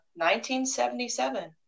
1977